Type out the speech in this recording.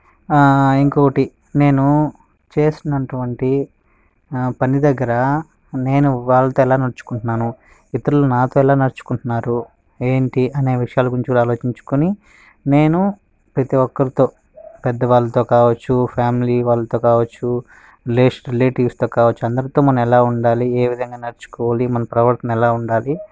ఇంకోటి నేను చేసినటువంటి పని దగ్గర నేను వాళ్ళతో ఎలా నడుచుకుంటున్నాను ఇతరులు నాతో ఎలా నడుచుకుంటున్నారు ఏంటి అనే విషయాల గురించి కూడా ఆలోచించుకొని నేను ప్రతి ఒక్కరితో పెద్దవాళ్ళతో కావచ్చు ఫ్యామిలీ వాళ్ళతో కావచ్చు లేస్ట్ రిలేటివ్స్తో కావచ్చు అందరితో మనం ఎలా ఉండాలి ఏ విధంగా నడుచుకోవాలి మన ప్రవర్తన ఎలా ఉండాలి